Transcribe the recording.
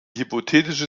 hypothetische